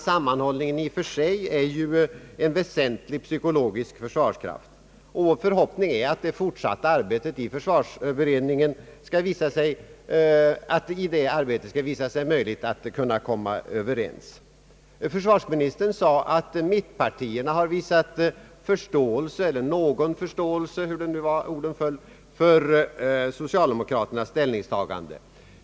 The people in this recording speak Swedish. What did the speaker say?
Sammanhållningen är i och för sig en väsentlig psykologisk försvarskraft, och vår förhoppning är att det i det fortsatta arbetet inom försvarsberedningen skall visa sig möjligt att komma överens. Försvarsministern sade att mittenpartierna har visat förståelse eller någon förståelse — hur nu orden föll — för socialdemokraternas ställningstagande.